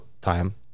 time